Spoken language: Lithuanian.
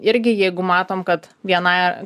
irgi jeigu matom kad vienai